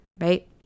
right